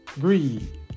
greed